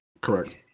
correct